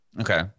Okay